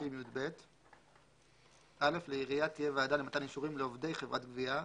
330יב. (א) לעירייה תהיה ועדה למתן אישורים לעובדי חברת גבייה,